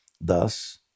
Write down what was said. thus